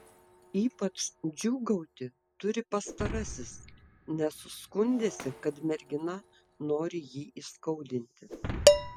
ypač džiūgauti turi pastarasis nes skundėsi kad mergina nori jį įskaudinti